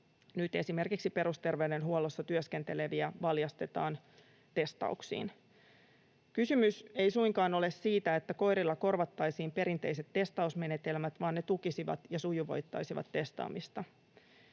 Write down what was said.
nyt esimerkiksi perusterveydenhuollossa työskenteleviä valjastetaan testauksiin. Kysymys ei suinkaan ole siitä, että koirilla korvattaisiin perinteiset testausmenetelmät, vaan ne tukisivat ja sujuvoittaisivat testaamista.